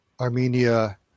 Armenia